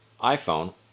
iPhone